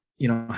you know how.